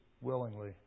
willingly